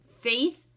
Faith